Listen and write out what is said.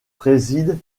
préside